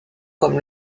comme